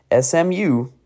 SMU